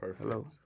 Hello